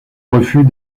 refus